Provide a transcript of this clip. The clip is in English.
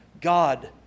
God